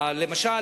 למשל,